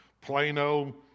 Plano